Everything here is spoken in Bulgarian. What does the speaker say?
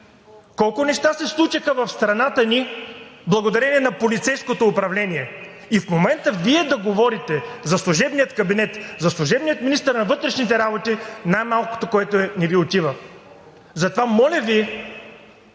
Колко неща се случиха в страната ни благодарение на полицейското управление? И в момента Вие да говорите за служебния кабинет, за служебния министър на вътрешните работи, най-малкото, което е – не Ви отива! На цялата